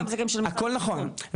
הכול נכון,